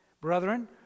brethren